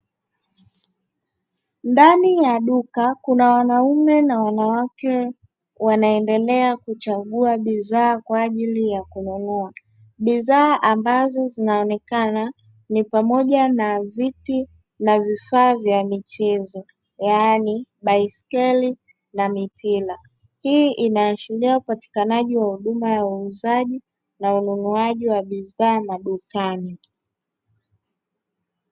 Ndani ya duka kuna wanaume na wanawake wanaendelea kuchagua bidhaa kwa ajili ya kununua bidhaa, ambazo zinaonekana ni pamoja na viti na vifaa vya michezo yaani baiskeli na mipira, hii inaashiria upatikanaji wa huduma ya uuzaji na ununuaji wa bidhaa madukani.